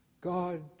God